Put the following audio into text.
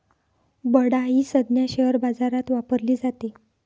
बडा ही संज्ञा शेअर बाजारात वापरली जाते